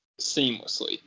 seamlessly